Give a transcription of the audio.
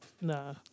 Nah